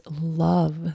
love